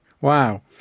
Wow